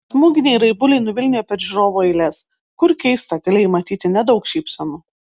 smūginiai raibuliai nuvilnijo per žiūrovų eiles kur keista galėjai matyti nedaug šypsenų